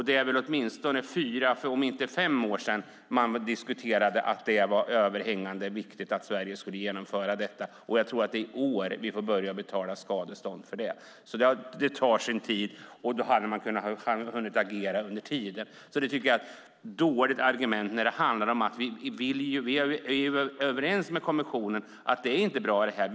Det är fyra eller fem år sedan man diskuterade att det var överhängande viktigt att Sverige skulle genomföra detta, och jag tror att det är i år som vi får börja betala skadestånd för det. Det tar alltså sin tid, och då hade man hunnit agera under tiden. Därför tycker jag att det är ett dåligt argument i detta sammanhang. Vi är överens med kommissionen om att detta inte är bra.